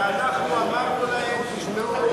ואנחנו אמרנו להם: תשמעו,